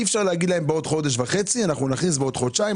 אי אפשר להגיד להם בעוד חודש וחצי שנכניס בעוד חודשיים.